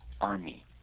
army